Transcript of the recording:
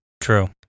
True